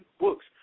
books